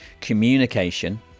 communication